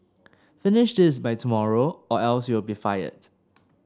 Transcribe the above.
finish this by tomorrow or else you'll be fired